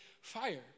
fire